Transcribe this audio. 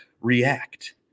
react